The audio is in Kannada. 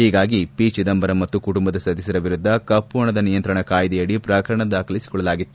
ಹೀಗಾಗಿ ಪಿ ಚಿದಂಬರಂ ಮತ್ತು ಕುಟುಂಬದ ಸದಸ್ಕರ ವಿರುದ್ದ ಕಪ್ಪಹಣದ ನಿಯಂತ್ರಣ ಕಾಯ್ದೆಯಡಿ ಪ್ರಕರಣ ದಾಖಲಿಸಿಕೊಳ್ಳಲಾಗಿತ್ತು